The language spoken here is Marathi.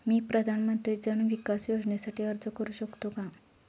मी प्रधानमंत्री जन विकास योजनेसाठी अर्ज करू शकतो का?